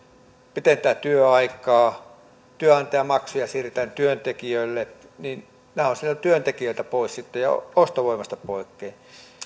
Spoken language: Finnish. pidentää työaikaa työnantajamaksuja siirretään työntekijöille nämä ovat sitten siltä työntekijältä pois ja ostovoimasta pois